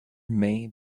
may